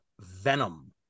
Venom